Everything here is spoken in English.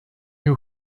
you